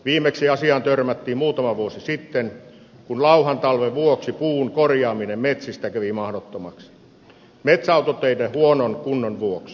viimeksi asiaan törmättiin muutama vuosi sitten kun lauhan talven vuoksi puun korjaaminen metsistä kävi mahdottomaksi metsäautoteiden huonon kunnon vuoksi